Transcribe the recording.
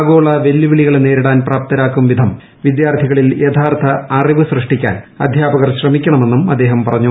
ആഗോള വെല്ലുവിളികളെ നേരിടാൻ പ്രാപ്തരാക്കും വിധം വിദ്യാർഥികളിൽ യഥാർത്ഥ അറിവ് സൃഷ്ടിക്കാൻ അധ്യാപകർ ശ്രമിക്കണമെന്നും അദ്ദേഹം പറഞ്ഞു